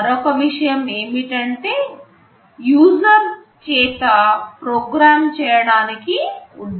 మరొక విషయం ఏమిటంటే యూజర్ చేత ప్రోగ్రాం చేయడానికి ఉద్దేశించినది కాదు